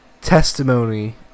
testimony